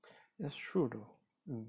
that's true though